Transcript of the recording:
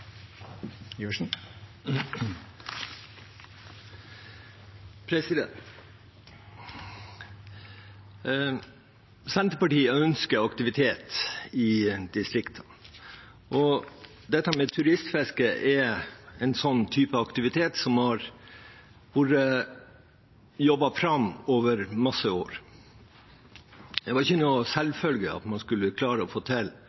en sånn type aktivitet, som har vært jobbet fram over mange år. Det var ikke noen selvfølge at man skulle klare å få folk til